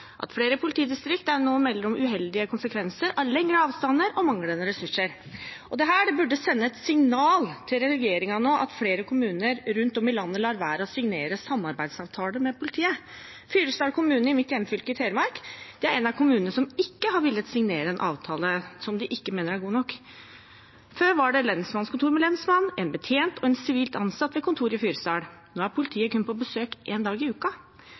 at flere politidistrikt nå melder om uheldige konsekvenser av lengre avstander og manglende ressurser. Dette burde sende et signal til regjeringen nå at flere kommuner rundt om i landet lar være å signere samarbeidsavtale med politiet. Fyresdal kommune i mitt hjemfylke, Telemark, er en av kommunene som ikke har villet signere en avtale som de mener ikke er god nok. Før var det lensmannskontor med lensmann, en betjent og en sivilt ansatt ved kontoret i Fyresdal. Nå er politiet på besøk kun én dag i